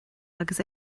agus